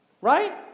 right